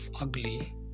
ugly